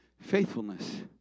faithfulness